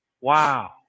Wow